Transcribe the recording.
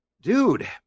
dude